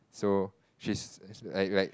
so she's like like